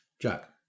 Jack